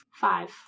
Five